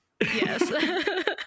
yes